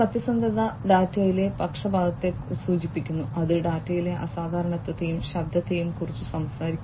സത്യസന്ധത ഡാറ്റയിലെ പക്ഷപാതത്തെ സൂചിപ്പിക്കുന്നു അത് ഡാറ്റയിലെ അസാധാരണത്വത്തെയും ശബ്ദത്തെയും കുറിച്ച് സംസാരിക്കുന്നു